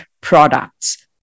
products